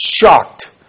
shocked